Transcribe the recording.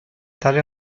tale